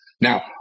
Now